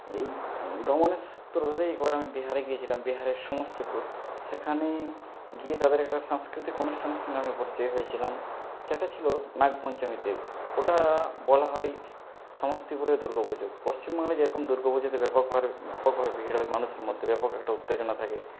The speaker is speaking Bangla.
এই ভ্রমণের সূত্র ধরেই একবার আমি বিহারে গিয়েছিলাম বিহারের সমস্তিপুর সেখানে গিয়ে তাদের একটা সাংস্কৃতিক অনুষ্ঠানের সঙ্গে আমি পরিচয় হয়েছিলাম সেটা ছিল নাগপঞ্চমীতে ওটা বলা হয় সমস্তিপুরের দুর্গা পুজো পশ্চিমবাংলায় যেরকম দুর্গা পুজোতে ব্যাপক হারে ব্যাপকভাবে ভিড় হয় মানুষের মধ্যে ব্যাপক একটা উত্তেজনা থাকে